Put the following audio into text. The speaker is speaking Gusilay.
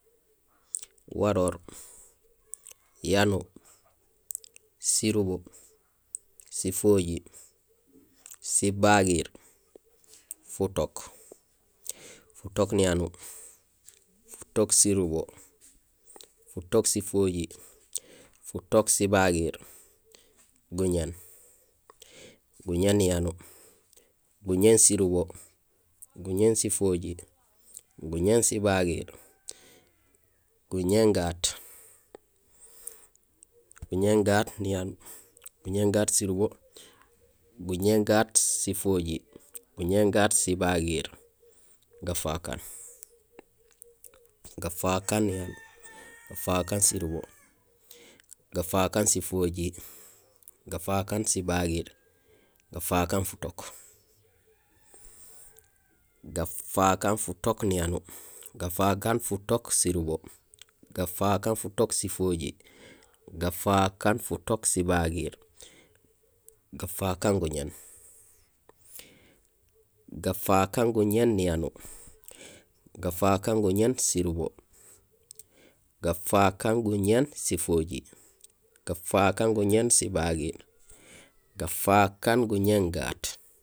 Waroor, yanuur, surubo, sifojiir, sibagiir, futook, futook niyanuur, futook surubo, futook sifojiir, futook sibagiir, guñéén, guñéén niyanuur, guñéén surubo, guñéén sifojiir, guñéén sibagiir, guñéén gaat, guñéén gaat niyanuur, guñéén gaat surubo, guñéén gaat sfojiir, guñéén gaat sibagiir, gafakaan, gafakaan niyanuur, gafakaan surubo, gafakaan sifojiir, gafakaan sibagiir, gafakaan futook, gafakaan futook niyanuur, gafakaan futokk surubo, gafakaan futook sifojiir, gafakaan futook sibagiir, gafakaan guñéén, gafakaan guñéén niyanuur, gafakaan guñéén surubo, gafakaan guñéén sifojiir, gafakaan guñéén sibagiir, gafakaan guñéén gaat